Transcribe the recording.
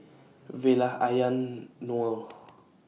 Vella Ayaan Noel